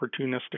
opportunistic